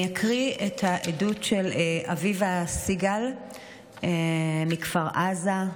אני אקריא את העדות של אביבה סיגל מכפר עזה,